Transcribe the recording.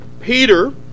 Peter